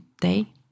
day